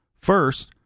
First